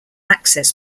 access